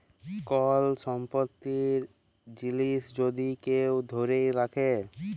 call সম্পত্তির জিলিস যদি কেউ ধ্যইরে রাখে